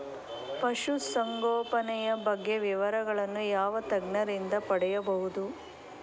ಪಶುಸಂಗೋಪನೆಯ ಬಗ್ಗೆ ವಿವರಗಳನ್ನು ಯಾವ ತಜ್ಞರಿಂದ ಪಡೆಯಬಹುದು?